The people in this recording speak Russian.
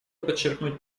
подчеркнуть